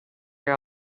your